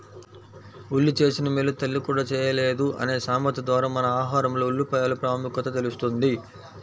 ఉల్లి చేసిన మేలు తల్లి కూడా చేయలేదు అనే సామెత ద్వారా మన ఆహారంలో ఉల్లిపాయల ప్రాముఖ్యత తెలుస్తుంది